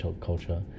culture